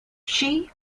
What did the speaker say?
she